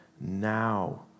now